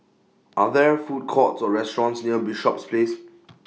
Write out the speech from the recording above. Are There Food Courts Or restaurants near Bishops Place